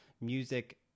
music